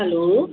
hello